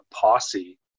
Posse